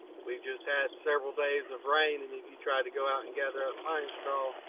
we just had several days of rain and if you try to go out and gather up pine straw